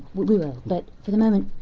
we will. but for the moment,